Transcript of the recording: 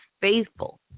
faithful